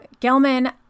Gelman